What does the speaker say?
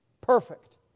perfect